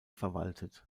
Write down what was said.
verwaltet